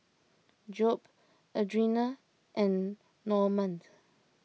Jobe Adriana and Normand